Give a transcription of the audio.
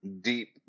Deep